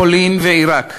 פולין ועיראק,